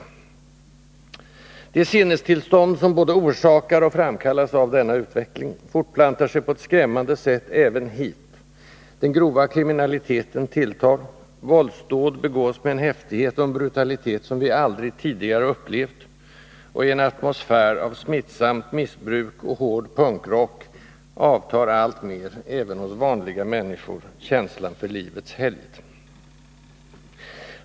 Det sinnestillstånd som både orsakar och framkallas av denna utveckling, fortplantar sig på ett skrämmande sätt även hit: den grova kriminaliteten tilltar, våldsdåd begås med en häftighet och en brutalitet som vi aldrig tidigare upplevt, och i en atmosfär av smittsamt missbruk och hård punkrock avtar alltmera, även hos vanliga människor, känslan för livets helgd.